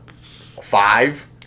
five